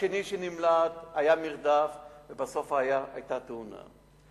השני שנמלט, היה מרדף ובסוף היתה תאונה.